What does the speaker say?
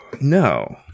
No